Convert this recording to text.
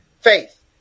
Faith